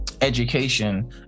education